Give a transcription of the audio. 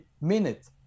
minute